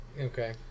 Okay